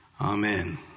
Amen